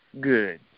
good